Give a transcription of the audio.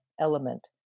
element